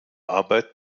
arbeit